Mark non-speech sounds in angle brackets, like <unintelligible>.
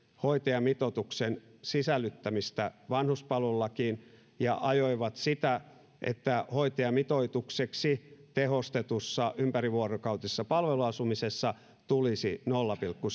hoitajamitoituksen sisällyttämistä vanhuspalvelulakiin ja ajoivat sitä että hoitajamitoitukseksi tehostetussa ympärivuorokautisessa palveluasumisessa tulisi nolla pilkku <unintelligible>